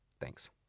Thanks